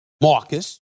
Marcus